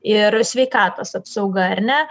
ir sveikatos apsauga ar ne